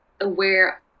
aware